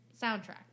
soundtrack